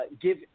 give